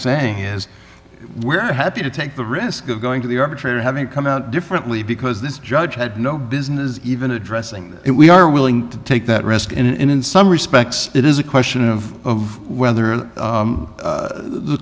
saying is we're happy to take the risk of going to the arbitrator having come out differently because this judge had no business even addressing it we are willing to take that risk and in some respects it is a question of whether